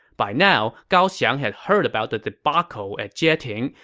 by now, gao xiang had heard about the debacle at jieting,